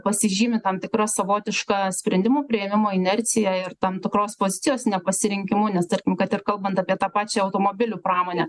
pasižymi tam tikra savotiška sprendimų priėmimo inercija ir tam tikros pozicijos nepasirinkimu nes tarkim kad ir kalbant apie tą pačią automobilių pramonę